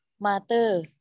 mother